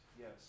Yes